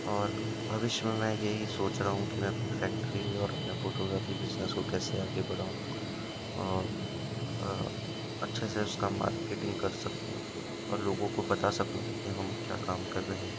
और भविष्य में मैं यही सोच रा हूँ कि मैं अपनी फैक्ट्री और अपने फ़ोटोग्राफी बिज़नेस को कैसे आगे बढ़ाऊँ और अच्छे से उसका मार्केटिंग कर सकूँ और लोगों को बता सकूँ कि कि हम क्या काम कर रहे हैं